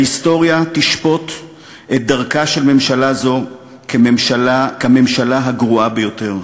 ההיסטוריה תשפוט את דרכה של ממשלה זו כממשלה הגרועה ביותר,